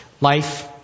life